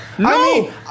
No